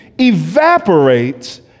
evaporates